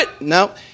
No